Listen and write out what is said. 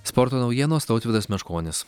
sporto naujienos tautvydas meškonis